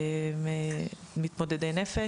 של מתמודדי נפש.